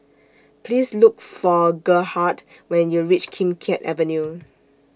Please Look For Gerhardt when YOU REACH Kim Keat Avenue